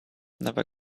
never